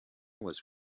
was